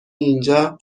اینجا